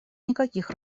никаких